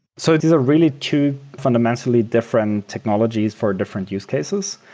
so it is a really two fundamentally different technologies for different use cases.